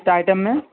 gift item میں